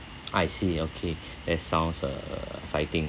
I see okay that sounds uh exciting